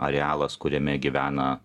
arealas kuriame gyvena